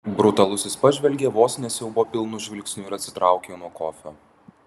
brutalusis pažvelgė vos ne siaubo pilnu žvilgsniu ir atsitraukė nuo kofio